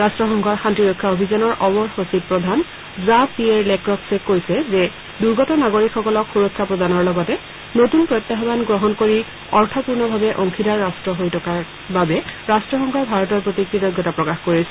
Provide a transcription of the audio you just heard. ৰাট্টসংঘৰ শান্তিৰক্ষা অভিযানৰ অবৰ সচিব প্ৰধান জ্যা পীয়েৰ লেক্ৰস্কে কৈছে যে দূৰ্গত নাগৰিকসকলক সুৰক্ষা প্ৰদানৰ লগতে নতুন প্ৰত্যাহান গ্ৰহণ কৰি অৰ্থপূৰ্ণভাৱে অংশীদাৰ ৰাট্ট হৈ থকাৰ বাবে ৰাট্টসংঘই ভাৰতৰ প্ৰতি কৃতজ্ঞতা প্ৰকাশ কৰিছে